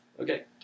Okay